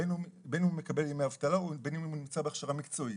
בין אם הוא מקבל ימי אבטלה ובין אם הוא נמשך בהכשרה מקצועית.